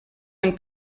amb